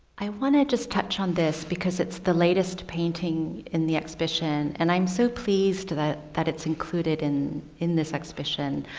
i want to just touch on this because it's the latest painting in the exhibition. and i'm so pleased that that it's included in in this exhibition.